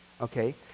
okay